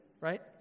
right